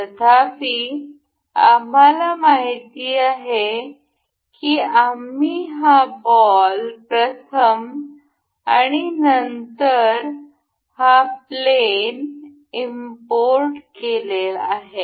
तथापि आम्हाला माहिती आहे की आम्ही हा बॉल प्रथम आणि नंतर हा प्लेन इम्पोर्ट केला आहे